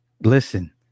Listen